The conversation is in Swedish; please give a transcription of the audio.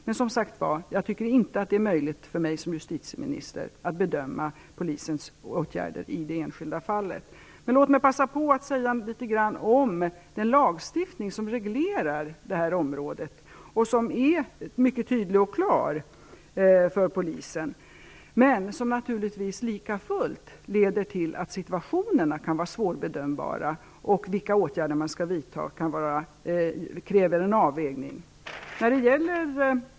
Men som sagt, jag tycker inte att det är möjligt för mig som justitieminister att bedöma Polisens åtgärder i det enskilda fallet. Låt mig passa på att säga något om den lagstiftning som reglerar det här området. Den är mycket tydlig och klar för Polisen, men naturligtvis kan situationerna lika fullt vara svårbedömbara och frågan om vilka åtgärder man skall vidta kräva en avvägning.